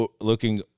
looking